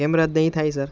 કેમ રદ નહીં થાય સર